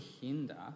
hinder